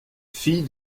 fille